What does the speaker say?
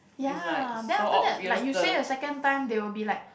ya then after that like you say a second time they will be like